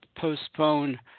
postpone